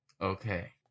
okay